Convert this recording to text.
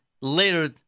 later